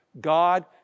God